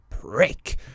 Prick